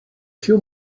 few